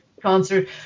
concert